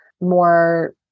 more